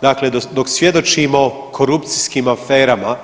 Dakle, dok svjedočimo korupcijskim aferama